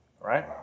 Right